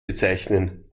bezeichnen